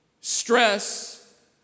Stress